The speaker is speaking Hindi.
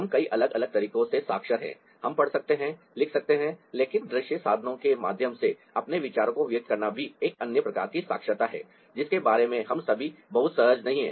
हम कई अलग अलग तरीकों से साक्षर हैं हम पढ़ सकते हैं लिख सकते हैं लेकिन दृश्य साधनों के माध्यम से अपने विचारों को व्यक्त करना भी एक अन्य प्रकार की साक्षरता है जिसके बारे में हम सभी बहुत सहज नहीं हैं